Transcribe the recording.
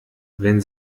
wenn